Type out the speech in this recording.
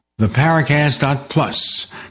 theparacast.plus